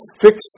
fix